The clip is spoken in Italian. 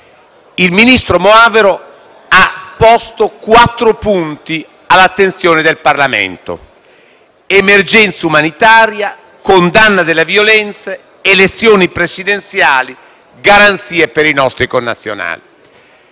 Il Ministro ha posto quattro punti all'attenzione del Parlamento: emergenza umanitaria, condanna delle violenze, elezioni presidenziali, garanzie per i nostri connazionali.